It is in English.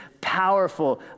powerful